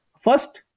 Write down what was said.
first